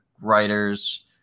writers